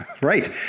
Right